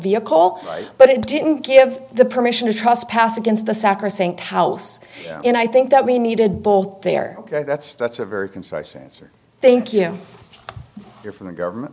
vehicle but it didn't give the permission to trust passed against the sacrosanct house and i think that we needed both there that's that's a very concise answer thank you you're from the government